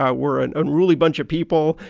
ah we're an unruly bunch of people,